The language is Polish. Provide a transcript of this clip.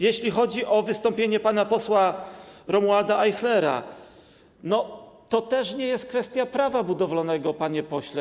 Jeśli chodzi o wystąpienie pana posła Romualda Ajchlera, to też nie jest kwestia Prawa budowlanego, panie pośle.